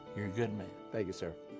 you're a good man. thank you, sir.